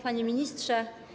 Panie Ministrze!